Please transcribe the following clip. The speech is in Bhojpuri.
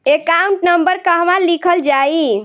एकाउंट नंबर कहवा लिखल जाइ?